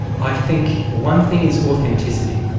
i think one thing is authenticity.